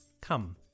Come